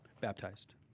baptized